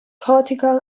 cortical